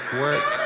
work